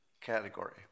category